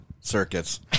circuits